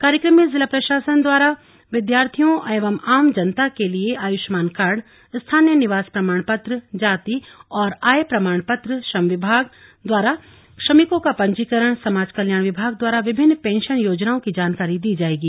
कार्यक्रम में जिला प्रशासन द्वारा विद्यार्थियों एवं आम जनता के लिए आयुष्मान कार्ड स्थायी निवास प्रमाण पत्र जाति व आय प्रमाण पत्र श्रम विभाग द्वारा श्रमिकों का पंजीकरण समाज कल्याण विभाग द्वारा विभिन्न पेंशन योजनाओं की जानकारी दी जायेगी